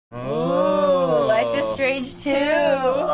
ah life is strange two.